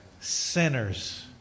sinners